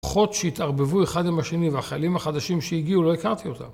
כוחות שהתערבבו אחד עם השני, והחיילים החדשים שהגיעו, לא הכרתי אותם.